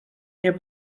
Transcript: nie